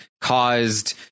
caused